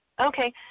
Okay